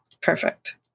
Perfect